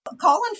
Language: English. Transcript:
colin